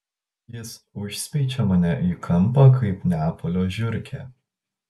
jis užspeičia mane į kampą kaip neapolio žiurkę